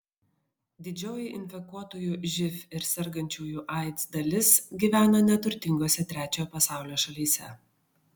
didžioji infekuotųjų živ ir sergančiųjų aids dalis gyvena neturtingose trečiojo pasaulio šalyse